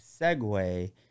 segue